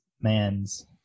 man's